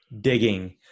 digging